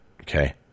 okay